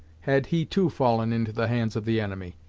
had he too fallen into the hands of the enemy.